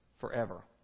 forever